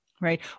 Right